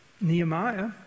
Nehemiah